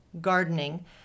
gardening